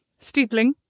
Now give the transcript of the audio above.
steepling